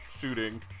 shooting